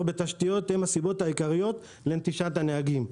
בתשתיות הן הסיבות העיקריות לנטישת הנהגים".